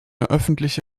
öffentliche